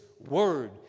word